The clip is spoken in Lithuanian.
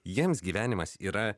jiems gyvenimas yra